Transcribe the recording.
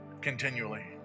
Continually